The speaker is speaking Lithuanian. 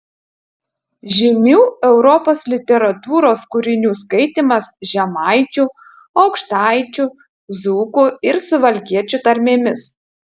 žymių europos literatūros kūrinių skaitymas žemaičių aukštaičių dzūkų ir suvalkiečių tarmėmis